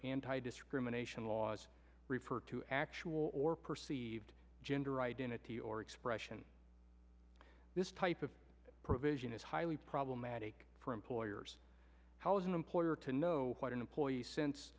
anti discrimination laws refer to actual or perceived gender identity or expression this type of provision is highly problematic for employers how is an employer to know what an employee sense